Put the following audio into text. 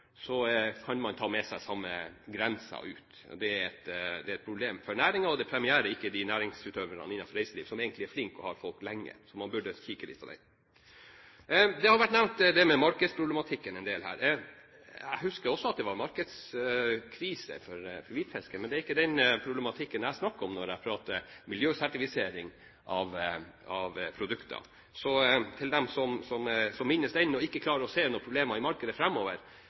Man kan ta med seg samme mengde ut. Det er et problem for næringen og premierer ikke de næringsutøverne innenfor reiseliv som egentlig er flinke og har folk her lenge. Så man burde kikke litt på dette. Markedsproblematikken har vært nevnt en del her. Jeg husker også at det var markedskrise for hvitfisk, men det er ikke den problematikken jeg snakker om når jeg snakker om miljøsertifisering av produkter. Til dem som minnes den og ikke klarer å se noen problemer i markedet